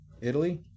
Italy